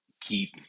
keep